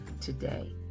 today